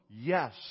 Yes